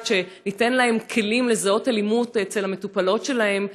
שתיתן להן כלים לזהות אלימות אצל המטופלות שלהן,